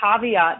caveat